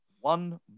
one